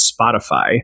Spotify